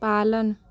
पालन